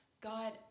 God